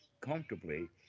comfortably